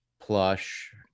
plush